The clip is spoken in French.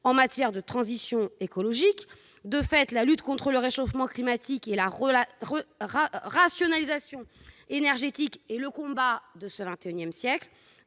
en matière de transition écologique. De fait, la lutte contre le réchauffement climatique et la rationalisation énergétique sont le combat de ce XXI siècle,